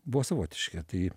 buvo savotiški tai